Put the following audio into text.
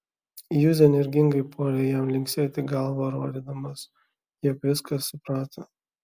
juzė energingai puolė jam linksėti galva rodydamas jog viską suprato